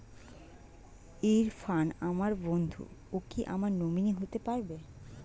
ইরফান আমার বন্ধু ও কি আমার নমিনি হতে পারবে?